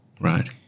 Right